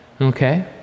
Okay